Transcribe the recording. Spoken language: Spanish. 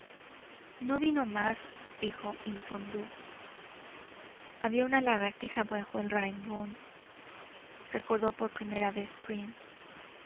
no vino más dijo isondú había una lagartija bajo el raigón recordó por primera vez